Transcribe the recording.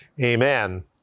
Amen